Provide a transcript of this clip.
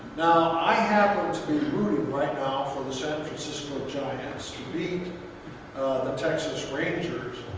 i happen to be rooting right now for the san francisco giants to beat the texas rangers,